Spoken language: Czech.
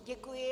Děkuji.